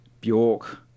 Bjork